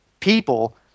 people